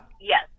Yes